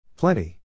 Plenty